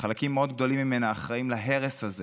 שחלקים מאוד גדולים ממנה אחראים להרס הזה